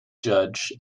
judge